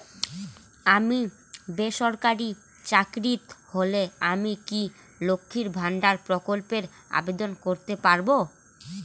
আমি বেসরকারি চাকরিরত হলে আমি কি লক্ষীর ভান্ডার প্রকল্পে আবেদন করতে পারব?